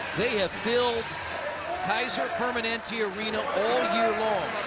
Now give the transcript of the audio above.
they have filled kaiser permanente arena all year long.